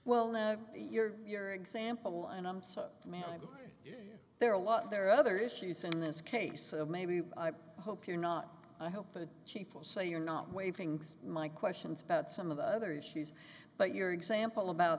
well know your your example and i'm so mad i'm there a lot there are other issues in this case so maybe i hope you're not i hope the chief will say you're not waving my questions about some of the other issues but your example about